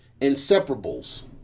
Inseparables